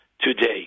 today